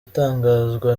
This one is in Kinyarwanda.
atangazwa